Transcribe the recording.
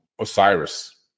Osiris